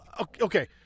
Okay